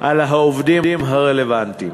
על העובדים הרלוונטיים.